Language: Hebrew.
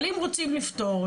אבל אם רוצים לפתור,